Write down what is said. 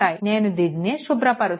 నేను దీనిని శుభ్రపరుస్తాను